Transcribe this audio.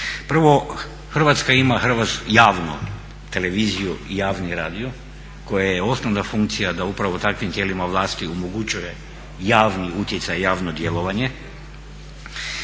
Prvo, Hrvatska ima javnu televiziju i javni radio kojima je osnovna funkcija da upravo takvim tijelima vlasti omogućuje javni utjecaj i javno djelovanje.